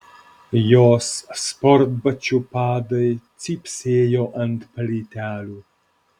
jos sportbačių padai cypsėjo ant plytelių